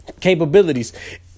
capabilities